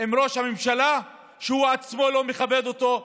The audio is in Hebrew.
עם ראש הממשלה והוא עצמו לא מכבד אותו,